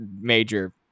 major